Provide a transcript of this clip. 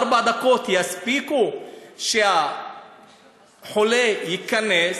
ארבע דקות יספיקו שהחולה ייכנס,